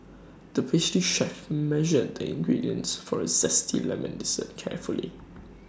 the pastry chef measured the ingredients for A Zesty Lemon Dessert carefully